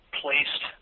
placed